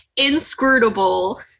inscrutable